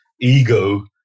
Ego